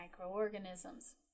microorganisms